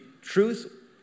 truth